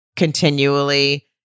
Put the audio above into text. continually